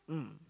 mm